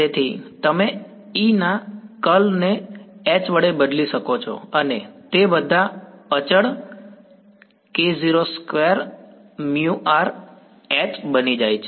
તેથી તમે E ના કર્લ ને H વડે બદલી શકો છો અને તે બધા અચળ બની જાય છે